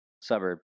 Suburb